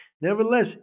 Nevertheless